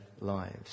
lives